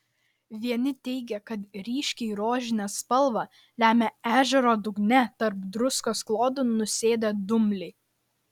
vieni teigė kad ryškiai rožinę spalvą lemia ežero dugne tarp druskos klodų nusėdę dumbliai